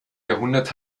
jahrhundert